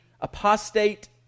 apostate